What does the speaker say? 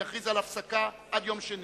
אני אכריז על הפסקה עד יום שני.